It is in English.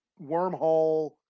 wormhole